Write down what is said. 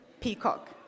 peacock